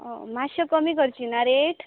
मातशे कमी करची ना रेट